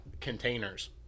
Containers